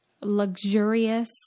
luxurious